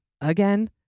Again